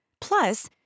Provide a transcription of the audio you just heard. Plus